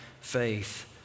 faith